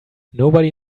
nobody